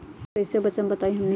कपस से कईसे बचब बताई हमनी के?